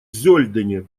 зёльдене